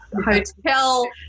hotel